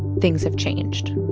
things have changed.